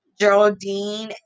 Geraldine